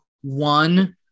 one